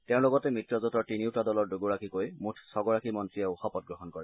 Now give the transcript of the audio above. তেওঁৰ লগতে মিত্ৰজোঁটৰ তিনিওটা দলৰ দুগৰাকীকৈ মুঠ ছগৰাকী মন্ত্ৰীয়েও শপতগ্ৰহণ কৰে